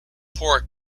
pork